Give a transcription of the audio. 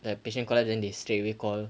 like patient collapse then they straight away call